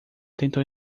tentou